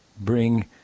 bring